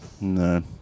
No